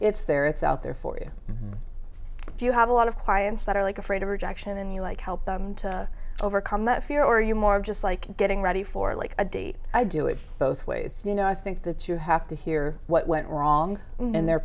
it's there it's out there for you do you have a lot of clients that are like afraid of rejection and you like help overcome that fear or you're more of just like getting ready for like a date i do it both ways you know i think that you have to hear what went wrong in the